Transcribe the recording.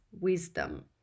wisdom